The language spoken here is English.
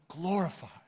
glorified